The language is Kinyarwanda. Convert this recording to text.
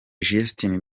justin